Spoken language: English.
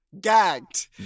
gagged